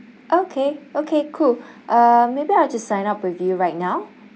okay okay cool uh maybe I'll just sign up with you right now